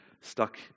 stuck